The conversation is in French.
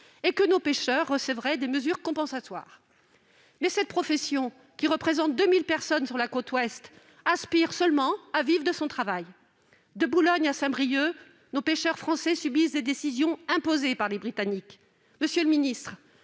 et que nos pêcheurs recevraient des mesures compensatoires. Mais cette profession, qui représente 2 000 personnes sur la côte ouest, aspire seulement à vivre de son travail ! De Boulogne à Saint-Brieuc, nos pêcheurs subissent des décisions imposées par les Britanniques. Monsieur le ministre,